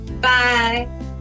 Bye